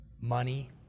Money